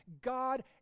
God